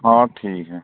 हाँ ठीक है